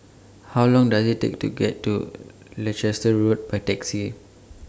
How Long Does IT Take to get to Leicester Road By Taxi